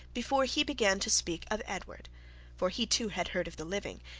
before he began to speak of edward for he, too, had heard of the living,